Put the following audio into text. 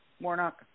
Warnock